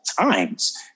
times